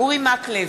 אורי מקלב,